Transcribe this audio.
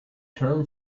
term